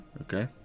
Okay